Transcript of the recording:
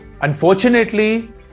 unfortunately